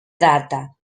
data